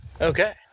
Okay